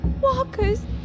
Walker's